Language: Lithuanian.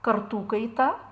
kartų kaita